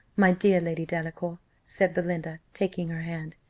my dear lady delacour? said belinda, taking her hand.